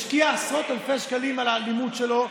השקיע עשרות אלפי שקלים על הלימוד שלו,